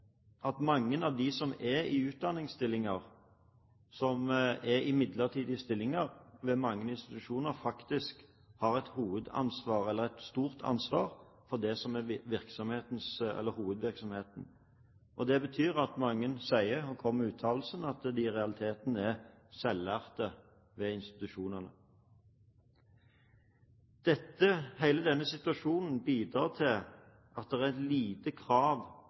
som er i midlertidige stillinger ved mange institusjoner, faktisk har et hovedansvar eller et stort ansvar for det som er hovedvirksomheten. Det betyr at mange kommer med uttalelsen at de i realiteten er selvlærte ved institusjonene. Hele denne situasjonen bidrar til at det er lite krav